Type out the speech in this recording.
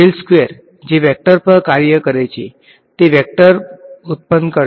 તે એક વેક્ટર છે જે વેક્ટર પર કાર્ય કરે છે તે વેક્ટર ઉત્પન્ન કરશે